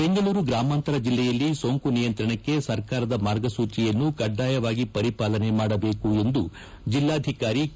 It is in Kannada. ಬೆಂಗಳೂರು ಗ್ರಾಮಾಂತರ ಜಿಲ್ಲೆಯಲ್ಲಿ ಸೋಂಕು ನಿಯಂತ್ರಣಕ್ಕೆ ಸರ್ಕಾರದ ಮಾರ್ಗಸೂಚಿಯನ್ನು ಕಡ್ಡಾಯವಾಗಿ ಪರಿಪಾಲನೆ ಮಾಡಬೇಕು ಎಂದು ಜೆಲ್ಲಾಧಿಕಾರಿ ಕೆ